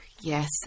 Yes